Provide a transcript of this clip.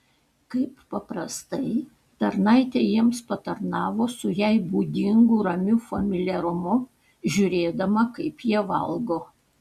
kaip paprastai tarnaitė jiems patarnavo su jai būdingu ramiu familiarumu žiūrėdama kaip jie valgo